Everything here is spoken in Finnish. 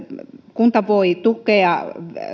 kunta voi tukea